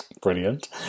Brilliant